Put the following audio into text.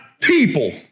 people